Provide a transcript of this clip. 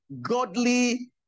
godly